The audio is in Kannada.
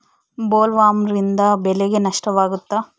ಬೊಲ್ವರ್ಮ್ನಿಂದ ಬೆಳೆಗೆ ನಷ್ಟವಾಗುತ್ತ?